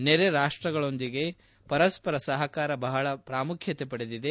ನೆರೆ ರಾಷ್ಟಗಳೊಂದಿಗೆ ಪರಸ್ಪರ ಸಪಕಾರ ಬಹಳ ಪ್ರಾಮುಖ್ಯತೆ ಪಡೆದಿದೆ